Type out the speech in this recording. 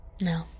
No